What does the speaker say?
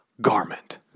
garment